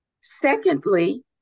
Secondly